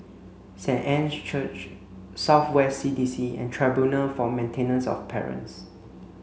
Saint Anne's Church South West C D C and Tribunal for Maintenance of Parents